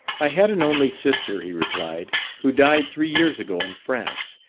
i had an only sister he replied, who died three years ago in france,